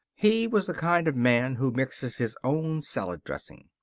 he was the kind of man who mixes his own salad dressing.